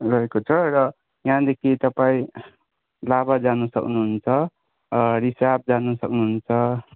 रहेको छ र यहाँदेखि तपाईँ लाभा जानु सक्नुहुन्छ रिसाप जानु सक्नुहुन्छ